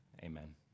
amen